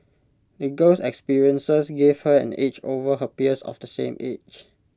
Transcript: the girl's experiences gave her an edge over her peers of the same age